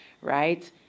right